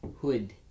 Hood